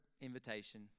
invitation